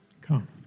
come